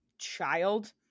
Child